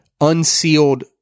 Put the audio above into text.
unsealed